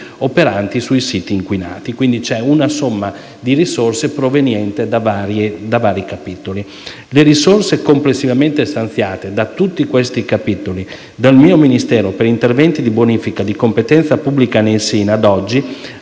operanti sui siti inquinati. Quindi c'è una somma di risorse proveniente da vari capitoli. Le risorse complessivamente stanziate dal mio Ministero per interventi di bonifica di competenza pubblica nei SIN ammontano